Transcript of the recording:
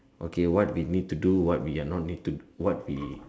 okay what we need to do what we are not need to do what we